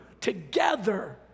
together